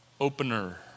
opener